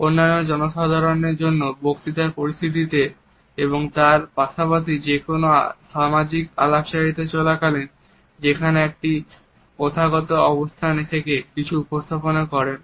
অন্যান্য জনসাধারণের জন্য বক্তৃতার পরিস্থিতিতে এবং তার পাশাপাশি যেকোনো সামাজিক আলাপচারিতা চলাকালীন যেখানে একজন একটি প্রথাগত অবস্থানে থেকে কিছু উপস্থাপনা করেন